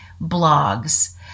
blogs